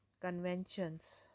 conventions